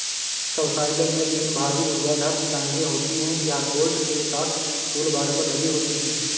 subsoiler में तीन भारी ऊर्ध्वाधर टांगें होती हैं, यह बोल्ट के साथ टूलबार पर लगी होती हैं